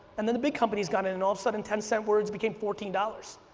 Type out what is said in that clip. and then the big companies got in and all sudden ten cent words became fourteen dollars.